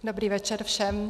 Dobrý večer všem.